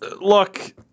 Look